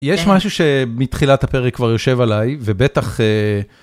יש משהו שמתחילת הפרק כבר יושב עליי, ובטח